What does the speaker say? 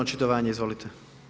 Očitovanje, izvolite.